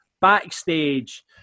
backstage